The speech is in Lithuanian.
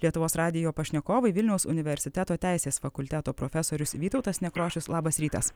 lietuvos radijo pašnekovai vilniaus universiteto teisės fakulteto profesorius vytautas nekrošius labas rytas